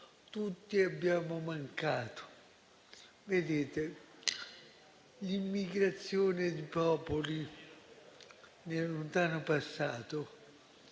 tutti abbiamo mancato. Vedete, la migrazione di popoli nel lontano passato